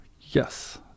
Yes